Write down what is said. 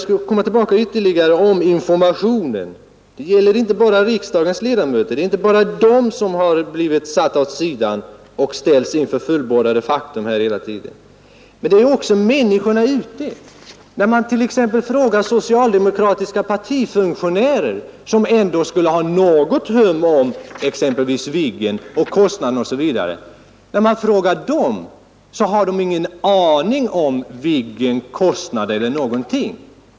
Jag kommer tillbaka till informationen. Det är inte bara riksdagens ledamöter som blivit åsidosatta — de har som sagt hela tiden ställts inför fullbordat faktum — utan också människorna ute i samhället. När man frågar t.ex. socialdemokratiska partifunktionärer, som ändå borde ha någon vetskap om projektet, så finner man att de inte har en aning om exempelvis kostnaderna för Viggen.